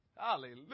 Hallelujah